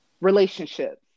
relationships